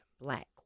black